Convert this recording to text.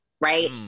right